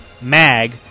Mag